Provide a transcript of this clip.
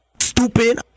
Stupid